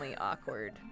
awkward